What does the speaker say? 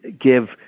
give